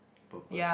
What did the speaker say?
purpose